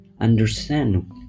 understand